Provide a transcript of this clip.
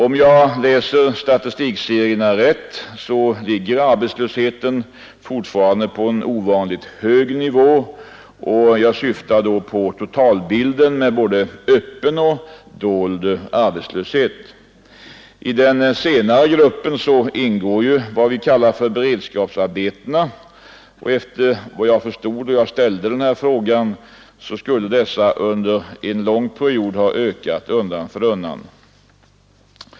Om jag läser statistikserierna rätt ligger arbetslösheten fortfarande på en ovanligt hög nivå, och jag syftar då på totalbilden med både öppen och dold arbetslöshet. I den senare gruppen ingår det vi kallar för beredskapsarbeten, och efter vad jag förstod då jag ställde frågan skulle dessa under en lång period ha ökat undan för undan.